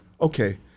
Okay